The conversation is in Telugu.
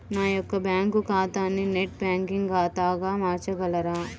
నా యొక్క బ్యాంకు ఖాతాని నెట్ బ్యాంకింగ్ ఖాతాగా మార్చగలరా?